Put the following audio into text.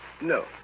no